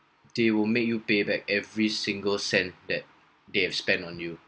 they will make you pay back every single cent that they have spent on you